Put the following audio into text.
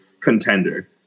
contender